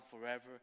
forever